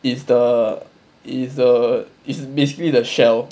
is the is the is basically the shell